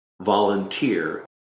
volunteer